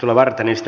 asia